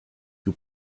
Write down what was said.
you